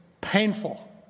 painful